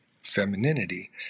femininity